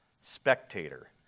spectator